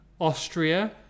Austria